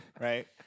right